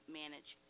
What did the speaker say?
manage